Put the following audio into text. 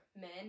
men